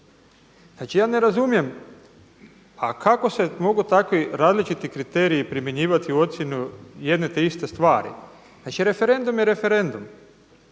Znači, ja ne razumijem a kako se mogu takvi različiti kriteriji primjenjivati u ocjeni jedne te iste stvari. Znači referendum je referendum.